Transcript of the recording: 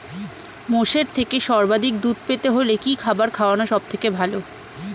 মোষের থেকে সর্বাধিক দুধ পেতে হলে কি খাবার খাওয়ানো সবথেকে ভালো?